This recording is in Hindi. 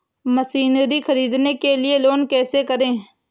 मशीनरी ख़रीदने के लिए लोन कैसे करें?